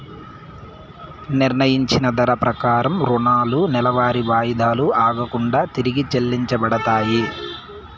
నిర్ణయించిన ధర ప్రకారం రుణాలు నెలవారీ వాయిదాలు ఆగకుండా తిరిగి చెల్లించబడతాయి